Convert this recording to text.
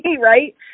Right